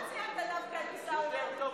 יש לי שאלה: למה ציינת דווקא את עיסאווי ואת אבתיסאם,